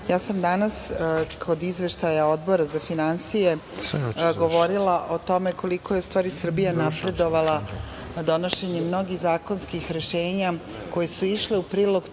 ja sam danas kod Izveštaja Odbora za finansije govorila o tome koliko je u stvari Srbija napredovala donošenjem mnogih zakonskih rešenja koja su išla u prilog